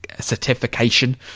certification